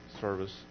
service